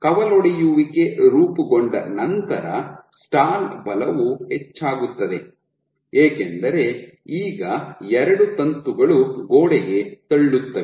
ಕವಲೊಡೆಯುವಿಕೆ ರೂಪುಗೊಂಡ ನಂತರ ಸ್ಟಾಲ್ ಬಲವು ಹೆಚ್ಚಾಗುತ್ತದೆ ಏಕೆಂದರೆ ಈಗ ಎರಡು ತಂತುಗಳು ಗೋಡೆಗೆ ತಳ್ಳುತ್ತವೆ